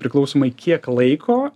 priklausomai kiek laiko